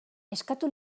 eskatu